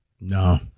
No